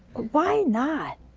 why not?